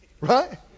Right